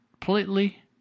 completely